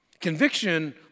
Conviction